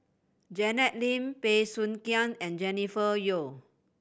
Janet Lim Bey Soo Khiang and Jennifer Yeo